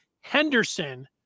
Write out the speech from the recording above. Henderson –